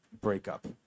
breakup